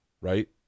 right